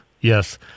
yes